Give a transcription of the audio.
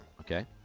Okay